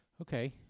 Okay